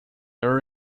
are